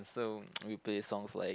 so we play songs like